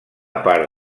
part